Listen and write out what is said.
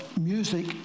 music